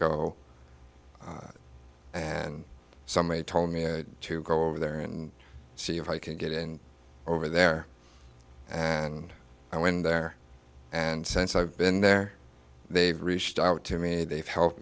go and somebody told me to go over there and see if i can get in over there and i went there and since i've been there they've reached out to me and they've helped